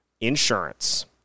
insurance